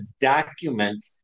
document